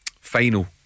final